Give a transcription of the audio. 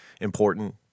important